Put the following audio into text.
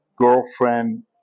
girlfriend